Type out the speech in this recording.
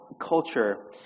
culture